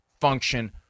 function